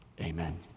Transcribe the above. Amen